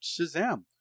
Shazam